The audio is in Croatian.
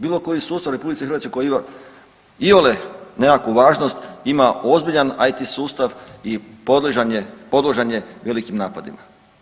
Bilo koji sustav u RH koji ima iole nekakvu važnost ima ozbiljan IT sustav i podložan je velikim napadima.